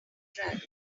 dragon